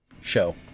show